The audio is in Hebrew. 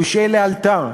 יושעה לאלתר.